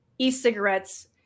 e-cigarettes